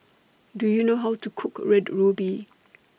Do YOU know How to Cook Red Ruby